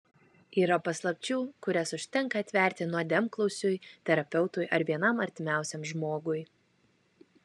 yra paslapčių kurias užtenka atverti nuodėmklausiui terapeutui ar vienam artimiausiam žmogui